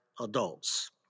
adults